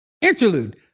Interlude